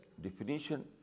definition